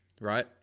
right